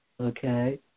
Okay